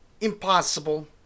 impossible